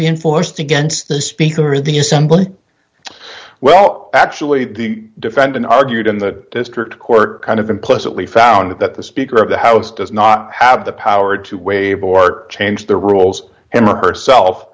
be enforced against the speaker of the assembly well actually the defendant argued in the district court kind of implicitly found that the speaker of the house does not have the power to waive bork change the rules him or herself